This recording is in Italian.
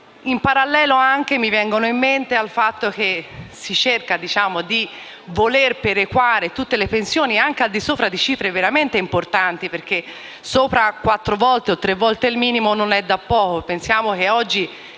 in parallelo anche al fatto che si cerca di voler perequare tutte le pensioni al di sopra di cifre veramente importanti, perché sopra quattro volte o tre volte il minimo non è poco. Pensiamo che oggi